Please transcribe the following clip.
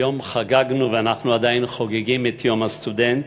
היום חגגנו ואנחנו עדיין חוגגים את יום הסטודנט,